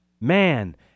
Man